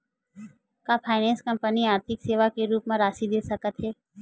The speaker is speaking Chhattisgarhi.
का फाइनेंस कंपनी आर्थिक सेवा के रूप म राशि दे सकत हे?